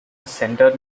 centre